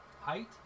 Height